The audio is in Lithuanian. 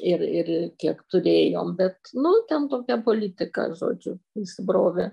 ir ir kiek turėjom bet nu ten tokia politika žodžiu įsibrovė